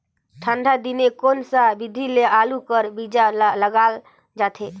ठंडा दिने कोन सा विधि ले आलू कर बीजा ल लगाल जाथे?